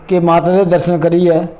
कि माता दे दर्शन करियै